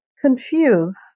confuse